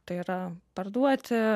tai yra parduoti